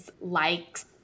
likes